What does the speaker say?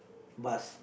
bus